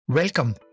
Welcome